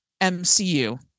MCU